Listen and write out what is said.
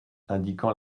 indiquant